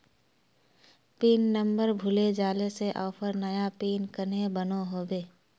Pin number भूले जाले से ऑफर नया पिन कन्हे बनो होबे?